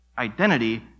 identity